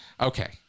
Okay